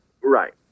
Right